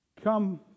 come